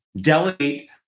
delegate